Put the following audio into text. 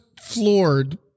floored